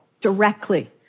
directly